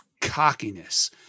cockiness